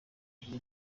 bagira